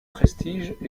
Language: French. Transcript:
prestige